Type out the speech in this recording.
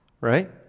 Right